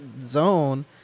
zone